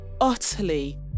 utterly